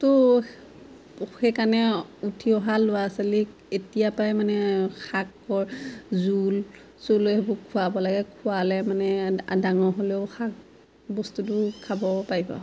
ত' সেইকাৰণে উঠি অহা ল'ৰা ছোৱালীক এতিয়া পৰাই মানে শাকৰ জোল চোল সেইবোৰ খোৱাব লাগে খোৱালে মানে ডাঙৰ হ'লেও শাক বস্তুটো খাব পাৰিব